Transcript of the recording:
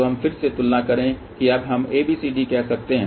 तो अब फिर से तुलना करें कि अब हम ABCD कहते हैं